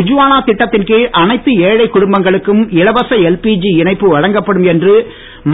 உஜ்வாலா திட்டத்தின் கீழ் அனைத்து ஏழை குடும்பங்களுக்கும் இலவச எல்பிஜி இணைப்பஸ வழங்கப்படும் என்று